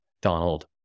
Donald